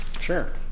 Sure